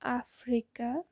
Africa